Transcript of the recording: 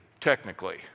technically